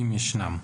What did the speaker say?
אם ישנם.